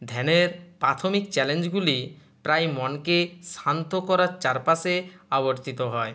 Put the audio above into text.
ধ্যানের পাথমিক চ্যালেঞ্জগুলি তাই মনকে শান্ত করার চারপাশে আবর্তিত হয়